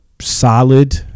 solid